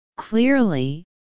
Clearly